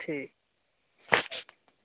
ठीक